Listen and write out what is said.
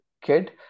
kid